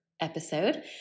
episode